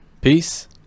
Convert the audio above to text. Peace